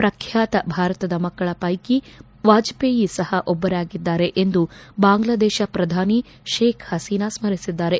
ಪ್ರಖ್ಣಾತ ಭಾರತದ ಮಕ್ಕಳ ಪೈಕಿ ವಾಜಪೇಯಿ ಸಹ ಒಬ್ಬರಾಗಿದ್ದಾರೆ ಎಂದು ಬಾಂಗ್ಲಾದೇಶ ಪ್ರಧಾನಿ ಶೇಖ್ ಹಸೀನಾ ಸ್ವರಿಸಿದ್ದಾರೆ